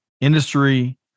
industry